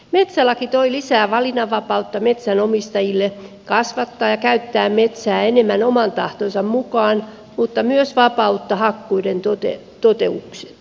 metsälaki toi lisää valinnanvapautta metsänomistajille kasvattaa ja käyttää metsää enemmän oman tahtonsa mukaan mutta myös vapautta hakkuiden toteutukseen